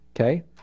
Okay